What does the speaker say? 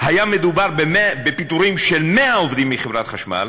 היה מדובר בפיטורים של 100 עובדים מחברת החשמל,